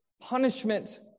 punishment